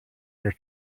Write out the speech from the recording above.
your